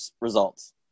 results